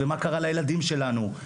ומה קרה לילדים שלנו.